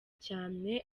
cyane